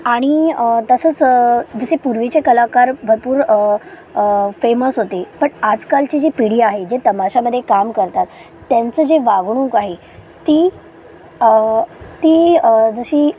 आणि तसंच जसे पूर्वीचे कलाकार भरपूर फेमस होते बट आजकालची जी पिढी आहे जे तमाशामधे काम करतात त्यांचं जे वागणूक आहे ती ती जशी